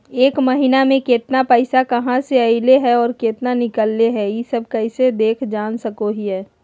एक महीना में केतना पैसा कहा से अयले है और केतना निकले हैं, ई सब कैसे देख जान सको हियय?